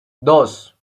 dos